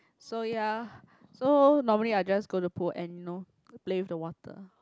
so ya so normally I just go to pool and you know play with the water